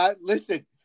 Listen